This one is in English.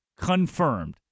Confirmed